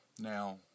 Now